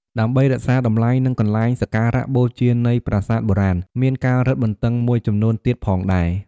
ដើម្បីរក្សាតម្លៃ និងកន្លែងសក្ការៈបូជានៃប្រាសាទបុរាណ មានការរឹតបន្តឹងមួយចំនួនទៀតផងដែរ។